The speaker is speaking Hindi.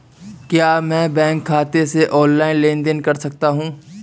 क्या मैं बैंक खाते से ऑनलाइन लेनदेन कर सकता हूं?